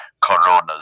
coronas